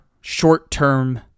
short-term